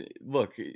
look